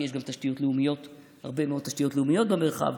כי יש גם הרבה מאוד תשתיות לאומיות במרחב.